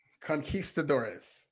Conquistadores